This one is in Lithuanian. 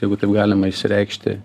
jeigu taip galima išsireikšti